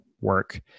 work